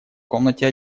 комнате